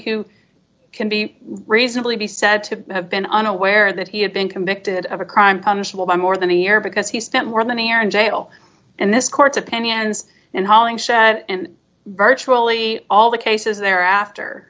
who can be reasonably be said to have been unaware that he had been convicted of a crime punishable by more than a year because he spent more than a year in jail and this court's opinions and hauling said and virtually all the cases they're after